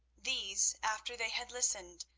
these, after they had listened,